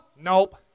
Nope